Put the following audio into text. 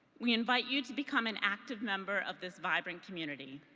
we invite you to become an active member of this vibrant community.